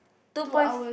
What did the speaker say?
two point